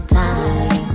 time